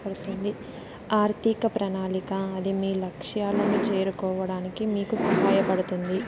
ఆర్థిక ప్రణాళిక అది మీ లక్ష్యాలను చేరుకోవడానికి మీకు సహాయపడుతుంది